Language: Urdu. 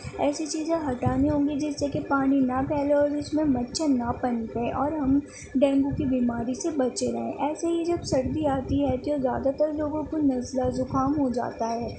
ایسی چیزیں ہٹانی ہوں گی جس سے کے پانی نہ پھیلے اور اس میں مچھر نہ پنپے اور ہم ڈینگو کی بیماری سے بچے رہیں ایسے ہی جب سردی آتی ہے تو زیادہ تر لوگوں کو نزلہ زکام ہو جاتا ہے